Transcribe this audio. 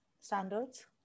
standards